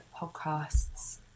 podcasts